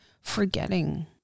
forgetting